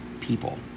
people